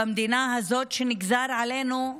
במדינה הזאת שנגזר עלינו,